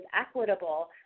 equitable